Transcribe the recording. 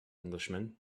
englishman